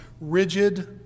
rigid